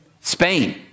Spain